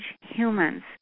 humans